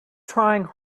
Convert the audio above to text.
trying